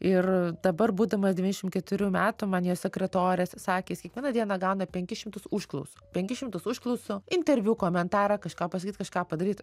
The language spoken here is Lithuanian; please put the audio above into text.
ir dabar būdamas devyniasdešimt keturių metų man jo sekretorės sakė jis kiekvieną dieną gauna penkis šimtus užklausų penkis šimtus užklausų interviu komentarą kažką pasakyt kažką padaryt